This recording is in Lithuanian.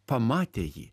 pamatę jį